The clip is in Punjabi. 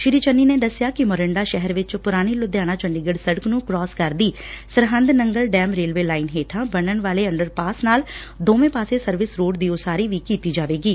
ਸ੍ਰੀ ਚੰਨੀ ਨੇ ਦਸਿਆ ਕਿ ਮੋਰਿੰਡਾ ਸ਼ਹਿਰ ਵਿਚ ਪੁਰਾਣੀ ਲੁਧਿਆਣਾ ਚੰਡੀਗੜ੍ ਸੜਕ ਨੂੰ ਕੋਰਸ ਕਰਦੀ Sirhind Nangal dam railway line ਹੇਠਾਂ ਬਣਨ ਵਾਲੇ ਅੰਡਰ ਪਾਸ ਨਾਲ ਦੋਵੇਂ ਪਾਸੇ ਸਰਵਿਸ ਰੋਡ ਦੀ ਉਸਾਰੀ ਵੀ ਕੀਤੀ ਜਾਵੇਗੀ